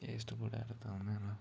ए यस्तो कुराहरू त हुँदैन